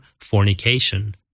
fornication